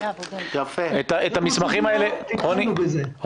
טיפלנו בזה.